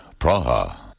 Praha